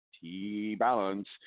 T-Balance